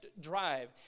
drive